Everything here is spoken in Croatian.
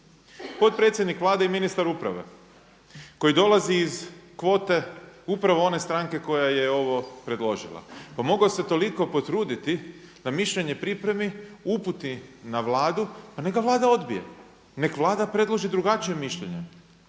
Potpredsjednik Vlade i ministar uprave koji dolazi iz kvote upravo one stranke koja je ovo predložila. Pa mogao se toliko potruditi da mišljenje pripremi, uputi na Vladu pa neka ga Vlada odbije i nek Vlada predloži drugačije mišljenje,